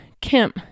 Kim